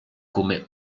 come